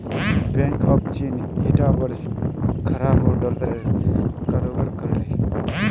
bank of चीन ईटा वर्ष खरबों डॉलरेर कारोबार कर ले